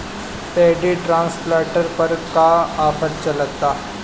Paddy transplanter पर का offer चलता?